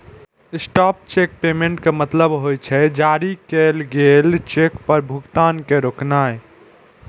stop cheque payment के मतलब होइ छै, जारी कैल गेल चेक पर भुगतान के रोकनाय